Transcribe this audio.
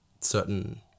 certain